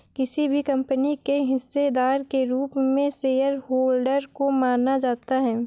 किसी भी कम्पनी के हिस्सेदार के रूप में शेयरहोल्डर को माना जाता है